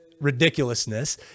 Ridiculousness